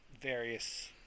various